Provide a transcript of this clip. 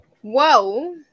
Whoa